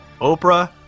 Oprah